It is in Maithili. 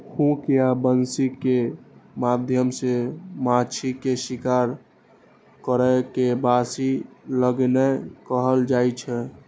हुक या बंसी के माध्यम सं माछ के शिकार करै के बंसी लगेनाय कहल जाइ छै